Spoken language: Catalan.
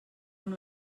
amb